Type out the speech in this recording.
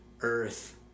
Earth